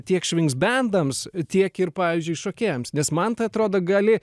tiek švinks bendams tiek ir pavyzdžiui šokėjams nes man tai atrodo gali